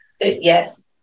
Yes